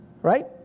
right